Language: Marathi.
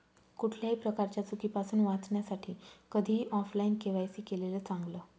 कुठल्याही प्रकारच्या चुकीपासुन वाचण्यासाठी कधीही ऑफलाइन के.वाय.सी केलेलं चांगल